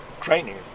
training